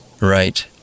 Right